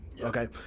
okay